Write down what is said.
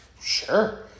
Sure